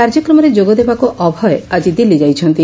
କାର୍ଯ୍ୟକ୍ରମରେ ଯୋଗଦେବାକୁ ଅଭୟ ଆଜି ଦିଲ୍ଲୀ ଯାଇଛନ୍ତି